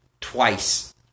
twice